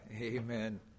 Amen